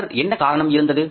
முன்னர் என்ன காரணம் இருந்தது